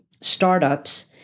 startups